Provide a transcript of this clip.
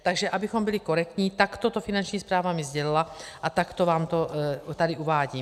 Takže abychom byli korektní, takto mi to Finanční správa sdělila a takto to tady uvádím.